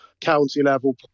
county-level